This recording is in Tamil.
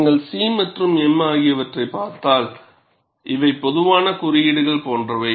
நீங்கள் C மற்றும் m ஆகியவற்றைப் பார்த்தால் இவை பொதுவான குறியீடுகள் போன்றவை